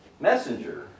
messenger